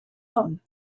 own